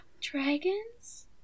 dragons